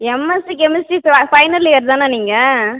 MSc chemistry ச final year தானே நீங்கள்